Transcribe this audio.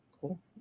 cool